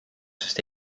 sest